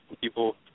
people